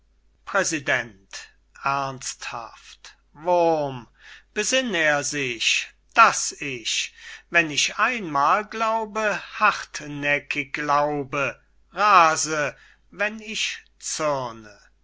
präsident ernsthaft wurm besinn er sich daß ich wenn ich einmal glaube hartnäckig glaube rase wenn ich zürne ich